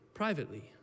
privately